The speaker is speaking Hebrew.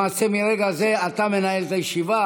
למעשה, מרגע זה אתה מנהל את הישיבה.